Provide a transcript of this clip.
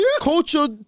culture